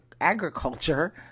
Agriculture